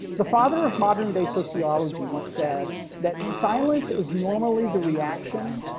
the father of modern day sociology once said that silence is normally the reaction,